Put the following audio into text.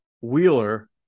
Wheeler